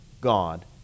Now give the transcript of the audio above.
God